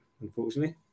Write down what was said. unfortunately